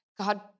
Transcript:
God